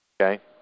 okay